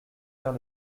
vers